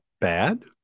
bad